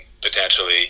potentially